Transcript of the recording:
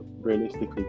realistically